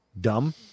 dumb